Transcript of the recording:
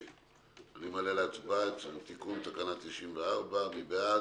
אני מעלה להצבעה את תיקון תקנה 94. מי בעד?